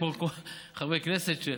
כמו חברי הכנסת,